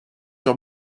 sur